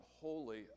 holy